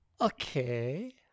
okay